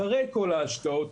אחרי כל ההשקעות,